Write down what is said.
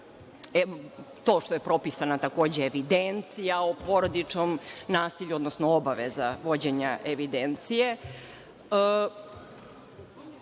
to što je propisana takođe evidencija o porodičnom nasilju, odnosno obaveza vođenja evidencije.